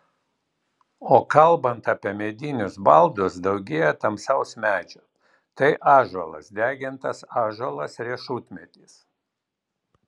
o kalbant apie medinius baldus daugėja tamsaus medžio tai ąžuolas degintas ąžuolas riešutmedis